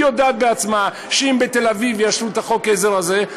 היא יודעת בעצמה שאם בתל-אביב יאשרו את חוק העזר הזה,